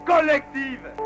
collective